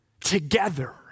Together